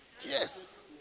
Yes